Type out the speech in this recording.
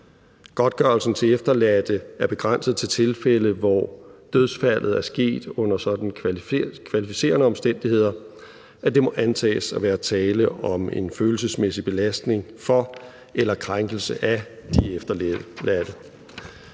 Godtgørelsen til efterladte er begrænset til tilfælde, hvor dødsfaldet er sket under sådanne kvalificerende omstændigheder, at det må antages, at der er tale om en følelsesmæssig belastning for eller krænkelse af de efterladte.